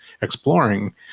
exploring